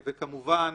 וכמובן,